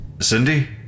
Cindy